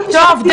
המוח.